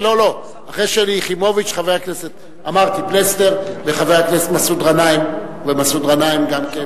חבר הכנסת מסעוד גנאים.